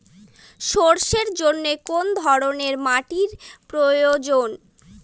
সরষের জন্য কোন ধরনের মাটির প্রয়োজন?